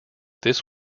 this